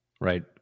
Right